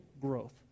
growth